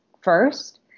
first